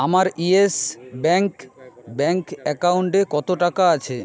আমার Yes Bank bank অ্যাকাউন্টে কত টাকা আছে